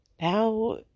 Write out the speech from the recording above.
now